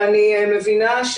אני מבינה,